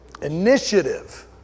initiative